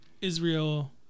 Israel